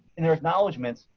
in their acknowledgments,